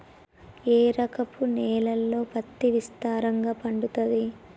ఏ రకపు నేలల్లో పత్తి విస్తారంగా పండుతది?